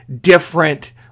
different